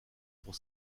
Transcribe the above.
pour